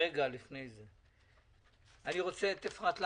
רגע, לפני כן, אני מבקש את אפרת לקס,